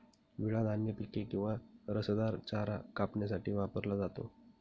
विळा धान्य पिके किंवा रसदार चारा कापण्यासाठी वापरला जातो